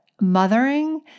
mothering